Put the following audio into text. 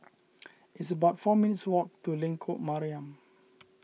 it's about four minutes' walk to Lengkok Mariam